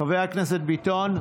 חבר הכנסת ביטון,